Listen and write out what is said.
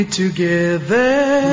together